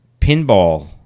pinball